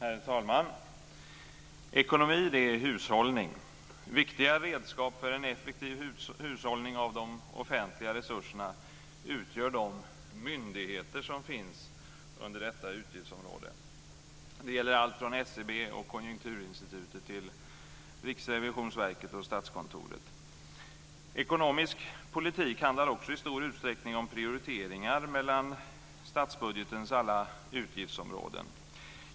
Herr talman! Ekonomi är hushållning. Viktiga redskap för en effektiv hushållning av de offentliga resurserna utgör de myndigheter som finns under detta utgiftsområde. Det gäller allt från SCB och Ekonomisk politik handlar också i stor utsträckning om prioriteringar mellan statsbudgetens alla utgiftsområden.